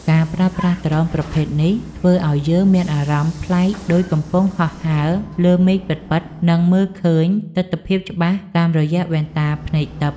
ការប្រើប្រាស់ដ្រូនប្រភេទនេះធ្វើឱ្យយើងមានអារម្មណ៍ប្លែកដូចកំពុងហោះហើរលើមេឃពិតៗ និង មើលឃើញទិដ្ឋភាពច្បាស់តាមរយៈវ៉ែនតាភ្នែកទិព្វ។